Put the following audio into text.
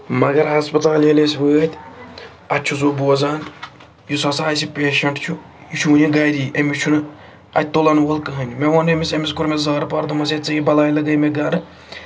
مگر ہَسپَتال ییٚلہِ أسۍ وٲتۍ اَسہِ چھُس بہٕ بوزان یُس ہَسا اَسہِ پیشنٹ چھُ یہِ چھُ وٕنہِ گَری أمِس چھُنہٕ اَتہِ تُلَن وول کٕہٕنۍ مےٚ ووٚن أمِس أمِس کوٚر مےٚ زارپار دوٚپمَس ہے ژٕ یہِ بَلاے لَگَے مےٚ گَرٕ